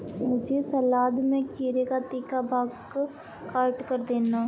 मुझे सलाद में खीरे का तीखा भाग काटकर देना